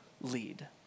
lead